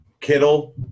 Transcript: Kittle